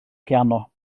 piano